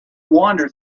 wander